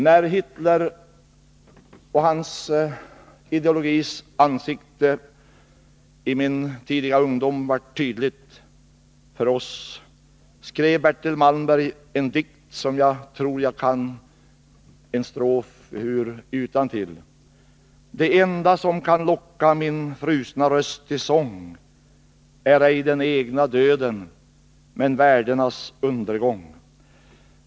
När Hitler och hans ideologis ansikte i min tidiga ungdom blev tydliga för oss skrev Bertil Malmberg en dikt, där en strof löd: Det enda som kan locka min frusna röst till sång är ej den egna döden men värdenas undergång.